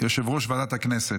בוועדת החוקה,